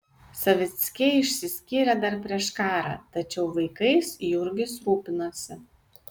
savickiai išsiskyrė dar prieš karą tačiau vaikais jurgis rūpinosi